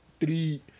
three